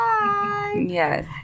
Yes